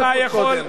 אתה יכול.